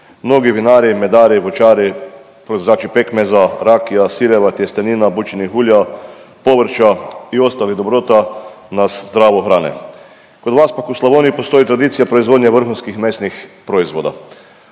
Mnogi vinari i medari, voćari, proizvođači pekmeza, rakija, sireva, tjestenina, bućinih ulja, povrća i ostalih dobrota nas zdravo hrane. Kod vas pak u Slavoniji postoji tradicija proizvodnje vrhunskih mesnih proizvoda.